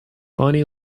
bonnie